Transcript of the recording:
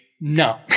no